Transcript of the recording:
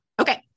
Okay